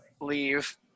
leave